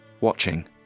watching